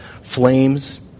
flames